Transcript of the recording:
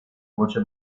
voce